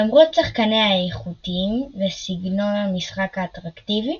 למרות שחקניה האיכותיים וסגנון המשחק האטרקטיבי,